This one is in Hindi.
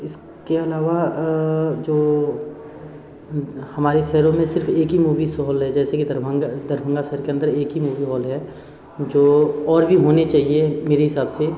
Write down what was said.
इसके अलावा जो हमारे शहरों में एक ही मूवीस हॉल है जैसे कि दरभंग दरभंगा शहर के अन्दर एक ही मूवी हॉल है जो और भी होने चाहिए मेरे हिसाब से